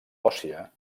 òssia